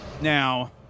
Now